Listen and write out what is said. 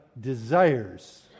desires